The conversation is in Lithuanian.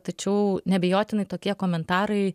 tačiau neabejotinai tokie komentarai